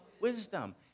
wisdom